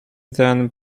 then